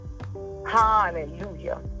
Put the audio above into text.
Hallelujah